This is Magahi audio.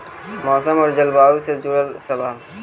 मौसम और जलवायु से जुड़ल सवाल?